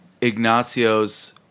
Ignacio's